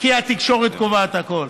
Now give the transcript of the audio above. כי התקשורת קובעת הכול.